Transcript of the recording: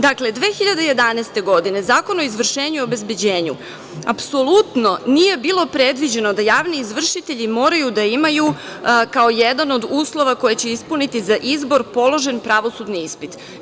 Dakle, 2011. godine Zakon o izvršenju i obezbeđenju, apsolutno nije bilo predviđeno da javni izvršitelji moraju da imaju, kao jedan od uslova koje će ispuniti za izbor, položen pravosudni ispit.